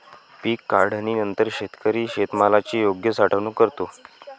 पीक काढणीनंतर शेतकरी शेतमालाची योग्य साठवणूक करतो